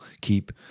keep